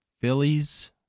Phillies